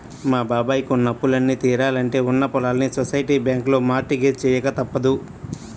మా బాబాయ్ కి ఉన్న అప్పులన్నీ తీరాలంటే ఉన్న పొలాల్ని సొసైటీ బ్యాంకులో మార్ట్ గేజ్ చెయ్యక తప్పదు